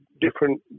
different